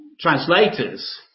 translators